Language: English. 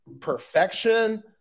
perfection